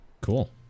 Cool